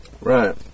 Right